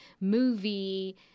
movie